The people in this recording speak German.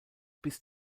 bis